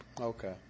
Okay